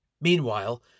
Meanwhile